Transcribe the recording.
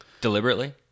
Deliberately